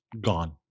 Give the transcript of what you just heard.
gone